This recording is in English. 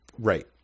right